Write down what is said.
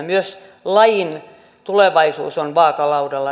myös lajin tulevaisuus on vaakalaudalla